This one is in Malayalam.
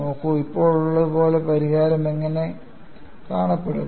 നോക്കൂ ഇപ്പോഴുള്ളതുപോലെ പരിഹാരം എങ്ങനെ കാണപ്പെടും